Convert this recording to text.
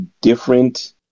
different